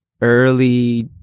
early